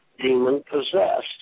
demon-possessed